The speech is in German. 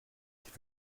ich